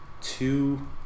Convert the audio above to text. two